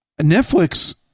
Netflix